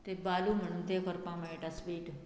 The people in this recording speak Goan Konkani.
ते बालू म्हणून ते करपाक मेळटा स्वीट